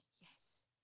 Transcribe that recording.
yes